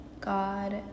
God